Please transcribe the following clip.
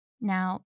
Now